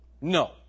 No